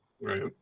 Right